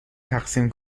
تقسیم